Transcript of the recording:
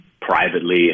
privately